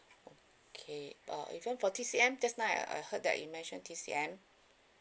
okay uh even for T_C_M just now I I heard that you mention T_C_M